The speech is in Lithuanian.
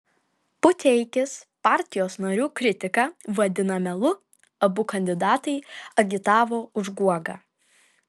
puteikis partijos narių kritiką vadina melu abu kandidatai agitavo už guogą